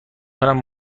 کنم